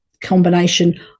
combination